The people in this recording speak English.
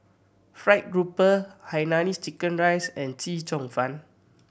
fried grouper Hainanese chicken rice and Chee Cheong Fun